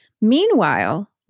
Meanwhile